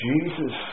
Jesus